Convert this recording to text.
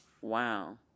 Wow